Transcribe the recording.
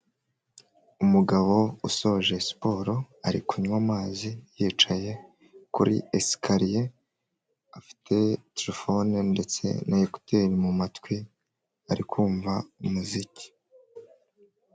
Umugabo usoje siporo ari kunywa amazi yicaye kuri esikariye, afite terefone ndetse na ekuteri mu matwi ari kumva umuziki.